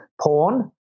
porn